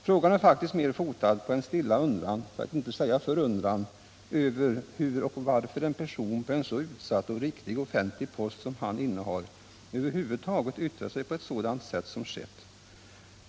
Frågan är faktiskt mera fotad på en stilla undran, för att inte säga förundran, över hur och varför en person på en så utsatt och viktig offentlig post som en ambassadör innehar över huvud taget yttrar sig på ett sådant sätt som skett.